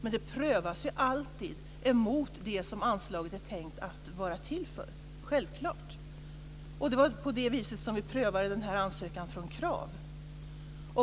Men den prövas alltid emot det som anslaget är tänkt att vara till för - självklart. Det var på det viset vi prövade denna ansökan från Krav.